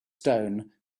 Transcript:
stone